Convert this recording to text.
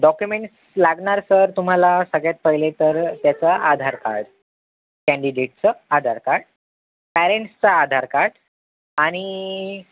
documents लागणार sir तुम्हाला सगळ्यात पहिले तर त्याचं आधार कार्ड कँडिडेटचं आधार कार्ड पॅरेंट्सचं आधार कार्ड आणि